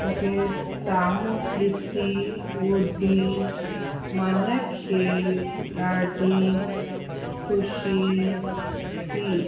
मूंखे साम्हूं ॾिसी ॿुधी मन खे ॾाढी ख़ुशी थी